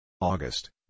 August